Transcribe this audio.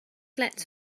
lets